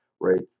right